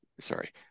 sorry